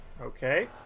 Okay